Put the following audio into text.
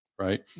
Right